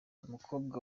umukobwa